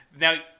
Now